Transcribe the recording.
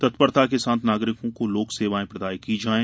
तत्परता के साथ नागरिकों को लोक सेवाएं प्रदाय की जायें